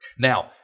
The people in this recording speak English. Now